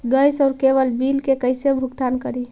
Gas और cable bill के कैसे भुगतान करी?